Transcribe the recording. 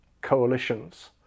coalitions